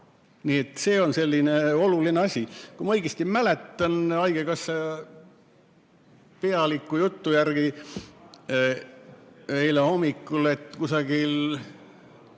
et see on selline oluline asi. Kui ma õigesti mäletan, haigekassa pealiku jutu järgi eile hommikul, kui